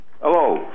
Hello